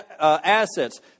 assets